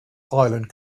island